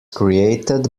created